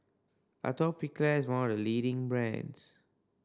atopiclair is one of the leading brands